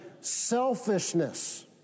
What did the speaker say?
selfishness